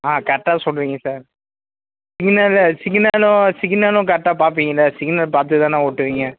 ஆ கரெக்டாக சொல்றீங்க சார் சிகினலு சிகினலும் சிகினலும் கரெக்டாக பார்ப்பீங்கள்ல சிகினல் பார்த்துதான ஓட்டுவீங்க